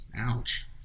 Ouch